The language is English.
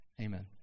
amen